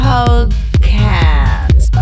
Podcast